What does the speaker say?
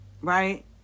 right